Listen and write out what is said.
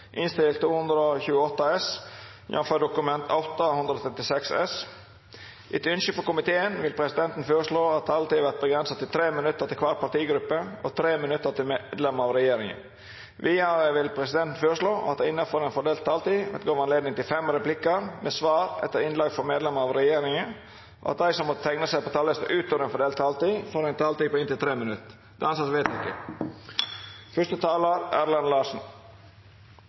regjeringa. Vidare vil presidenten føreslå at det – innanfor den fordelte taletida – vert gjeve anledning til fem replikkar med svar etter innlegg frå medlemer av regjeringa, og at dei som måtte teikna seg på talarlista utover den fordelte taletida, får ei taletid på inntil 3 minutt. – Det